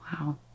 Wow